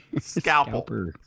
Scalpel